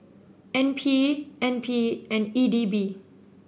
N P N P and E D B